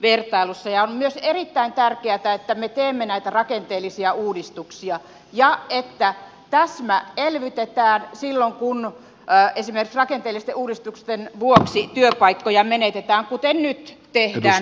on myös erittäin tärkeätä että me teemme näitä rakenteellisia uudistuksia ja että täsmäelvytetään silloin kun esimerkiksi rakenteellisten uudistusten vuoksi työpaikkoja menetetään kuten nyt tehdään tässä budjetissa